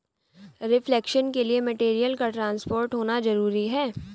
reflection के लिए material का ट्रांसपेरेंट होना जरूरी है